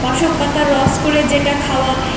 বাসক পাতার রস করে যেটা খাওয়া